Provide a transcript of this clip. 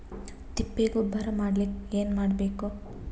ತಿಪ್ಪೆ ಗೊಬ್ಬರ ಮಾಡಲಿಕ ಏನ್ ಮಾಡಬೇಕು?